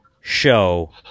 show